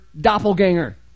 doppelganger